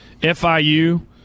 FIU